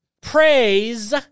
praise